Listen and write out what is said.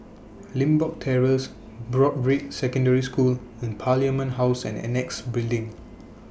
Limbok Terrace Broadrick Secondary School and Parliament House and Annexe Building